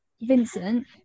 vincent